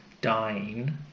dying